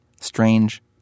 strange